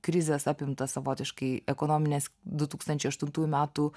krizės apimtą savotiškai ekonominės du tūkstančiai aštuntųjų metų